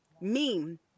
meme